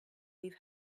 leave